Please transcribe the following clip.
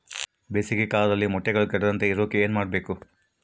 ಬೇಸಿಗೆ ಕಾಲದಲ್ಲಿ ಮೊಟ್ಟೆಗಳು ಕೆಡದಂಗೆ ಇರೋಕೆ ಏನು ಮಾಡಬೇಕು?